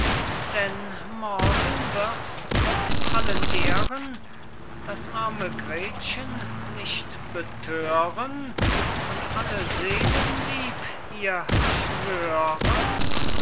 denn morgen wirst in allen ehren das arme gretchen nicht bethören und alle seelenlieb ihr schwören